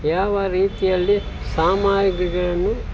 ಯಾವ ರೀತಿಯಲ್ಲಿ ಸಾಮಗ್ರಿಗಳನ್ನು